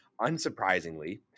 Unsurprisingly